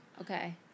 Okay